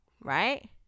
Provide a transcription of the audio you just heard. Right